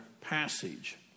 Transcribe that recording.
passage